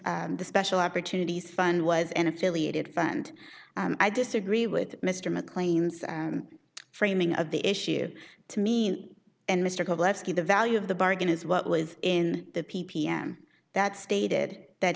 and the special opportunities fund was an affiliated fund and i disagree with mr mclean's framing of the issue to me and mr cholesky the value of the bargain is what was in the p p m that stated that